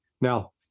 Now